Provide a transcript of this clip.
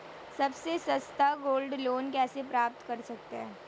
सबसे सस्ता gold loan कैसे प्राप्त कर सकते हैं?